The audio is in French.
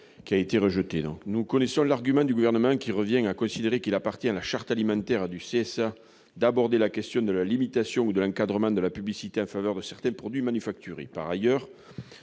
serait rejeté. Nous connaissons l'argument du Gouvernement, qui revient à considérer qu'il appartient à la charte alimentaire du CSA d'aborder la question de la limitation ou de l'encadrement de la publicité en faveur de certains produits manufacturés. Par ailleurs,